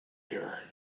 here